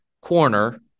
corner